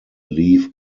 leave